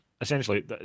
essentially